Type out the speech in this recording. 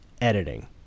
editing